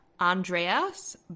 Andreas